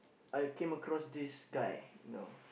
I came across this guy you know